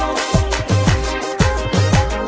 no no